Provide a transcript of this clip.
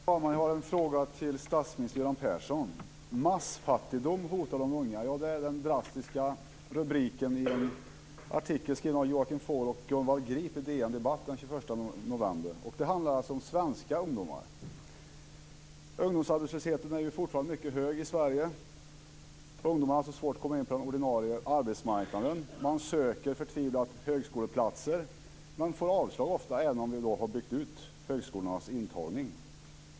Herr talman! Jag har en fråga till statsminister Göran Persson. "Massfattigdom hotar de unga" - det är den drastiska rubriken över en artikel skriven av Joachim Vogel och Gunvall Grip i DN Debatt den 21 november. Det handlar om svenska ungdomar. Ungdomsarbetslösheten är fortfarande mycket hög i Sverige. Ungdomar har alltså svårt att komma in på den ordinarie arbetsmarknaden. Man söker förtvivlat högskoleplatser men får ofta avslag, även om vi har byggt ut högskolornas intagning.